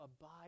abide